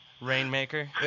Rainmaker